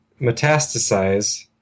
metastasize